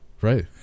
Right